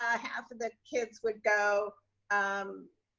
half of the kids would go um